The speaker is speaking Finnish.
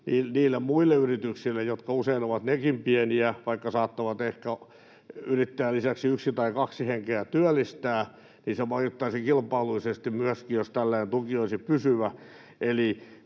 niille muille yrityksille, jotka nekin ovat usein pieniä, vaikka saattavat ehkä yrittäjän lisäksi yksi tai kaksi henkeä työllistää. Se vaikuttaisi myöskin kilpailullisesti, jos tällainen tuki olisi pysyvä.